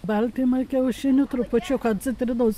baltymai kiaušinių trupučiuką citrinos